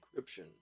encryption